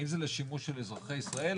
האם זה לשימוש של אזרחי ישראל,